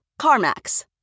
CarMax